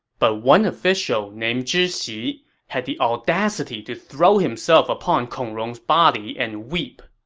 but one official named zhi xi had the audacity to throw himself upon kong rong's body and weep.